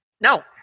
No